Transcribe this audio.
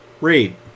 Read